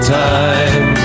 time